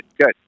good